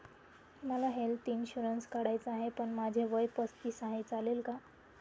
मला health insurance काढायचा आहे पण माझे वय पस्तीस आहे, चालेल का?